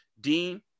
Dean